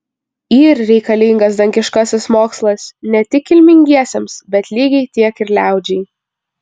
yr reikalingas dangiškasis mokslas ne tik kilmingiesiems bet lygiai tiek ir liaudžiai